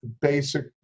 basic